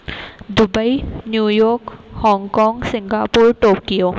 Dubai New York Hong Kong Singapore Tokyo